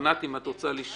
ענת, אם את רוצה לשאול.